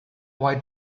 why